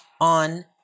on